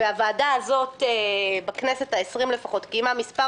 והוועדה הזאת בכנסת העשרים קיימה מספר